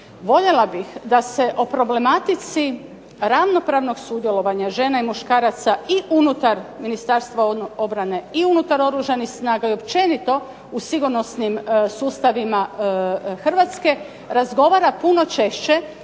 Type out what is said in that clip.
Voljela bih da se o problematici ravnopravnog sudjelovanja žena i muškaraca i unutar Ministarstva obrane i unutar Oružanih snaga i općenito u sigurnosnim sustavima Hrvatske razgovara puno češće